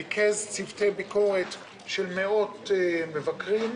ריכז צוותי ביקורת של מאות מבקרים,